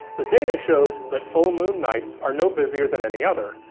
the data shows that full moon nights are no busier than any other,